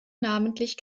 namentlich